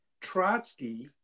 Trotsky